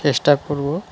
চেষ্টা করবো